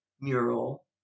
mural